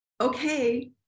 Okay